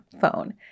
phone